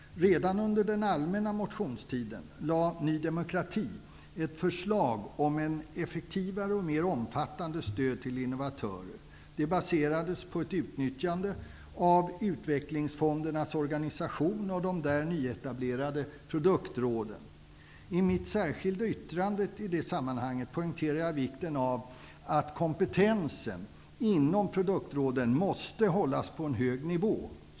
Redan under den allmänna motionstiden lade Ny demokrati fram ett förslag om ett effektivare och mer omfattande stöd till innovatörer. Det baserades på ett utnyttjande av utvecklingsfondernas organisation och de där nyetablerade produktråden. I mitt särskilda yttrande i det sammanhanget poängterar jag vikten av att kompetensen inom produktråden hålls på en hög nivå.